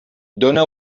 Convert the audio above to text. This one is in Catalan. dóna